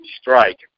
Strike